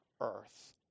earth